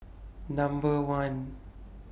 Number one